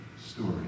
story